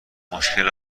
مشکل